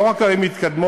לא רק ערים מתקדמות,